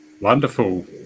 wonderful